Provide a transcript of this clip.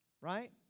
Right